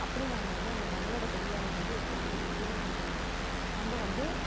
அப்படி நாம வந்து அந்த நம்பளோட தொழிலாளியை வந்து ஒருத்தருக்கு நம்ப விட்டு கொடுத்துறக்கூடாது நம்ப வந்து